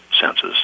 senses